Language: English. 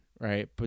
right